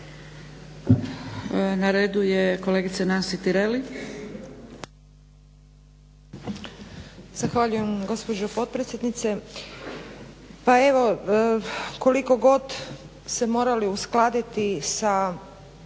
Na redu je kolegica Nansi Tireli.